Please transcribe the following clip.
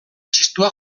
txistua